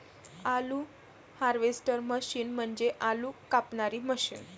आलू harvester machine म्हणजे आलू कापणारी मशीन